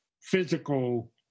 physical